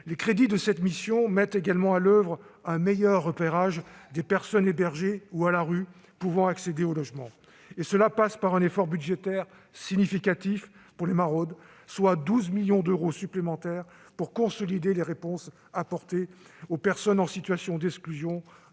Les crédits de cette mission contribuent également à assurer un meilleur repérage des personnes hébergées ou à la rue, qui peuvent accéder à un logement. Cela passe par un effort budgétaire significatif pour les maraudes, soit 12 millions d'euros supplémentaires pour consolider les réponses apportées aux personnes en situation d'exclusion,